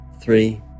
three